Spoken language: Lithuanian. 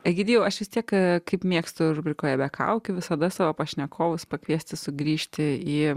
egidijau aš vis tiek kaip mėgstu rubrikoje be kaukių visada savo pašnekovus pakviesti sugrįžti į